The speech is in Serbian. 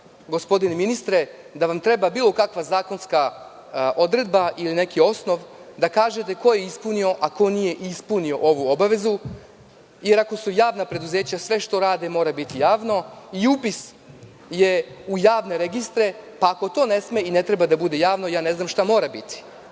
gospodine ministre, da vam treba bilo kakva zakonska odredba ili neki osnov da kažete ko je ispunio a ko nije ispunio ovu obavezu, jer ako su javna preduzeća, sve što rade mora biti javno i upis je u javne registre, pa ako to ne sme i ne treba da bude javno, ja ne znam šta mora biti.